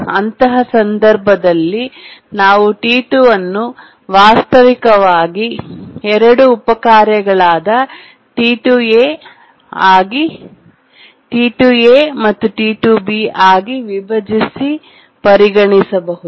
ಅಂತಹ ಸಂದರ್ಭದಲ್ಲಿ ನಾವು T2 ಅನ್ನು ವಾಸ್ತವಿಕವಾಗಿ 2 ಉಪ ಕಾರ್ಯಗಳಾದ T2a ಮತ್ತು T2b ಆಗಿ ವಿಭಜಿಸಿ ಪರಿಗಣಿಸಬಹುದು